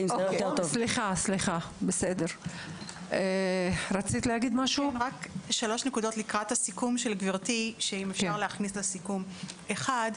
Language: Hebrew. אני מבקשת להכניס שלוש נקודות לקראת הסיכום של גברתי: ראשית,